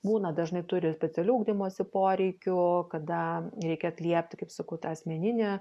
būna dažnai turi specialių ugdymosi poreikių kada reikia atliepti kaip sakau tą asmeninį